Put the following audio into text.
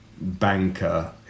banker